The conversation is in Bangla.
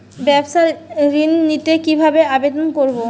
ব্যাবসা ঋণ নিতে কিভাবে আবেদন করব?